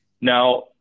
Now